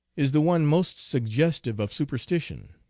is the one most suggestive of su perstition.